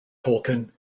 tolkien